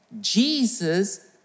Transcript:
Jesus